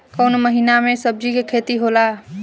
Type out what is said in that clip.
कोउन महीना में सब्जि के खेती होला?